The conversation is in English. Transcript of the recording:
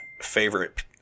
favorite